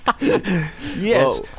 Yes